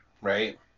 right